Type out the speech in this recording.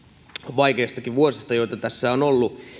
vaikeistakin vuosista joita tässä on ollut